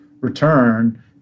return